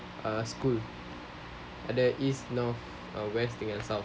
uh school ada east north uh west dengan south